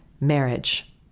Marriage